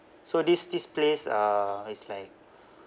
so this this place uh is like